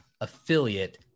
affiliate